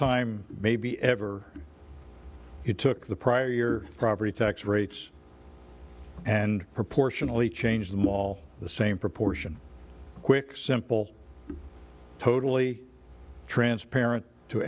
time maybe ever it took the prior year property tax rates and proportionately change them all the same proportion quick simple totally transparent to